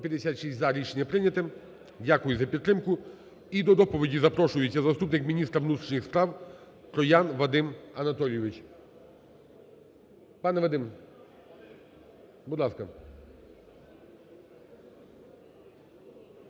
За-156 Рішення прийнято. Дякую за підтримку. І до доповіді запрошується заступник міністра внутрішніх справ Троян Вадим Анатолійович. Пане Вадим, будь ласка.